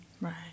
right